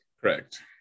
Correct